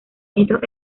estos